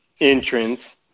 entrance